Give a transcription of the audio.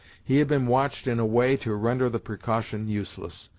he had been watched in a way to render the precaution useless.